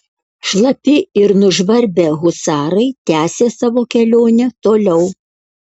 šlapi ir nužvarbę husarai tęsė savo kelionę toliau